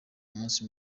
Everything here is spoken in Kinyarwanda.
umunsi